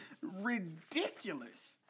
Ridiculous